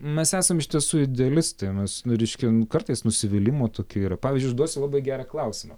mes esam iš tiesų idealistinis nu reiškia nu kartais nusivylimo tokio yra pavyzdžiui užduosiu labai gerą klausimą